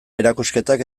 erakusketak